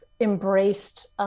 embraced